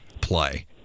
play